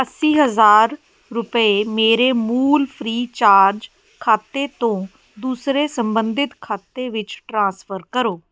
ਅੱਸੀ ਹਜ਼ਾਰ ਰੁਪਏ ਮੇਰੇ ਮੂਲ ਫ੍ਰੀਚਾਰਜ ਖਾਤੇ ਤੋਂ ਦੂਸਰੇ ਸੰਬੰਧਿਤ ਖਾਤੇ ਵਿੱਚ ਟ੍ਰਾਂਸਫਰ ਕਰੋ